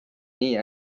nii